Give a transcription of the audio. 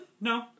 No